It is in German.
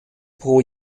pro